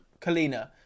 Kalina